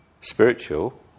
spiritual